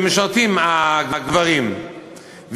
הגברים משרתים,